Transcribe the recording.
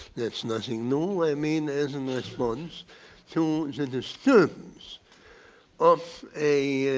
that's nothing new i mean as and a response to the disturbance of a